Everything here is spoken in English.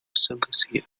cilicia